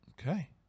Okay